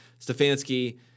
Stefanski